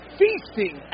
feasting